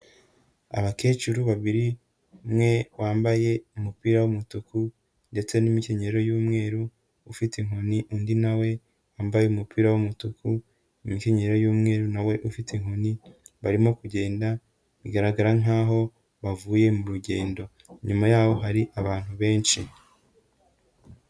Abakecuru babiri, umwe wambaye umupira w'umutuku ndetse n'imikenyero y'umweru, ufite inkoni, undi na we wambaye umupira w'umutuku, imikenyero y'umweru na we ufite inkoni, barimo kugenda bigaragara nkaho bavuye mu rugendo. Inyuma yabo hari abantu benshi.